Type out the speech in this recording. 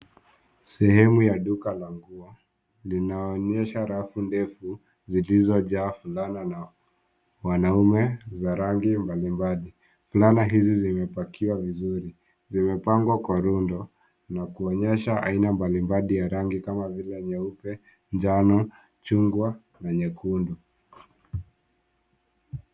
Sehemu ya duka la nguo linaonyesha refu ndefu zilizojaa fulana za wanaume za rangi mbalimbali. Fulana hizi zimepakiwa vizuri. Zimepangwa kwa rundo na kuonyesha aina mbalimbali ya rangi kama vile nyeupe, njano, chungwa na nyekundu.